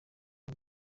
ngo